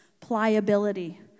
pliability